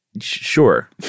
sure